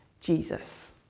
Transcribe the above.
Jesus